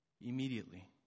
immediately